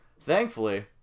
thankfully